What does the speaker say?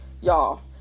y'all